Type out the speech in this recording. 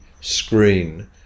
screen